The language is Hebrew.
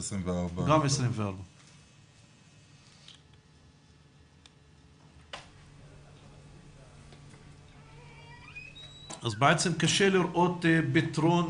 24. גם 24. אז בעצם קשה לראות פתרון